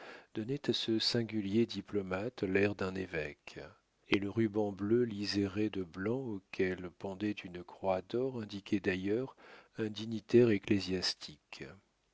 donnaient à ce singulier diplomate l'air d'un évêque et le ruban bleu liseré de blanc auquel pendait une croix d'or indiquait d'ailleurs un dignitaire